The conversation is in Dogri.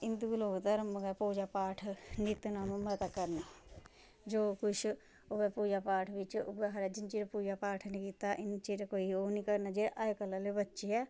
हिंदु लोग धर्म पूजा पाठ नित्त निजम मता करना जो कुछ होऐ पूजा पाठ बिच्च उ'यै खबरै जिन्ना चिर पूजा पाठ नेईं कीता इन्नी चिर कोई ओह् नेईं करना अज्जकल आहले बच्चे ऐ